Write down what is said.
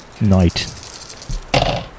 night